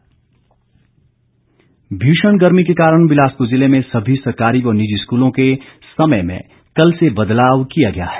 समय सारणी भीषण गर्मी के कारण बिलासपुर जिले में सभी सरकारी व निजी स्कूलों के समय में कल से बदलाव किया गया है